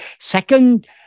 second